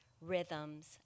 rhythms